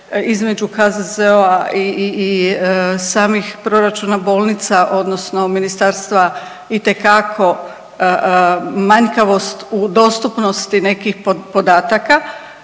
između HZZO-a i, i, i samih proračuna bolnica odnosno ministarstva itekako manjkavost u dostupnosti nekih podataka